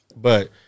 But-